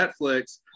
Netflix